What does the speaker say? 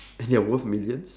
and they're worth millions